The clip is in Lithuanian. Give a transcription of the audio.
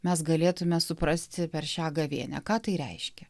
mes galėtume suprasti per šią gavėnią ką tai reiškia